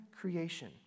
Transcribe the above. creation